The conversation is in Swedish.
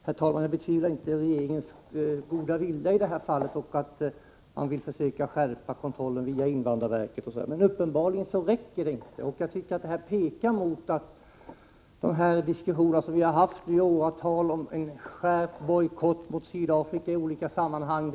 Herr talman! Jag betvivlar ju inte regeringens goda vilja i det här fallet, att man vill försöka skärpa kontrollen via invandrarverket osv. Men uppenbarligen räcker det inte. Detta pekar hän emot att de diskussioner som vi fört i åratal om en skärpt bojkott i olika sammanhang mot Sydafrika behöver föras vidare.